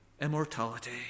immortality